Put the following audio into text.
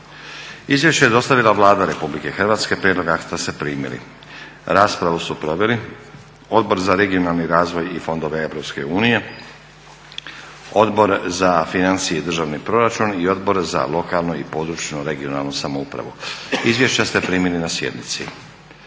Izvješće je dostavila Vlada Republike Hrvatske. Prijedlog akta ste primili. Raspravu su proveli Odbor za regionalni razvoj i fondove Europske unije, Odbor za financije i državni proračun i Odbor za lokalnu i područnu regionalnu samoupravu. Izvješća ste primili na sjednici.